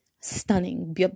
stunning